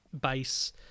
base